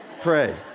Pray